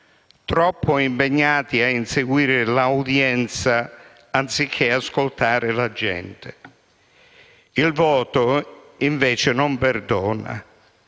troppo impegnati a inseguire l'*audience* anziché ascoltare la gente. Il voto, invece, non perdona;